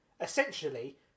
essentially